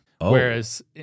whereas